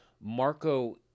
marco